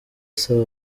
asaba